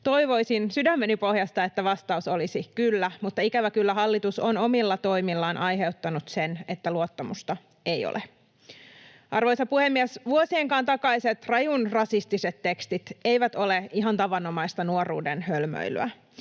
Toivoisin sydämeni pohjasta, että vastaus olisi ”kyllä”, mutta ikävä kyllä hallitus on omilla toimillaan aiheuttanut sen, että luottamusta ei ole. Arvoisa puhemies! Vuosienkaan takaiset rajun rasistiset tekstit eivät ole ihan tavanomaista nuoruuden hölmöilyä,